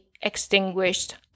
extinguished